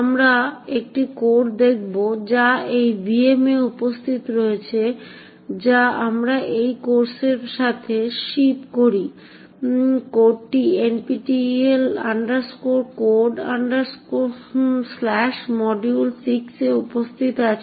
আমরা একটি কোড দেখব যা এই vm এ উপস্থিত রয়েছে যা আমরা এই কোর্সের সাথে শিপ করি কোডটি NPTEL Codesmodule6 এ উপস্থিত রয়েছে